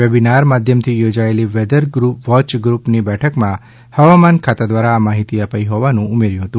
webinar માધ્યમથી યોજાયેલી weather watch ગૃપની બેઠકમાં હવામાન ખાતા દ્વારા આ માહિતી અપાઈ હોવાનું તેમણે ઉમેર્યું છે